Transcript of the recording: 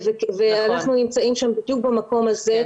ואנחנו נמצאים שם בדיוק במקום הזה,